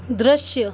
दृश्य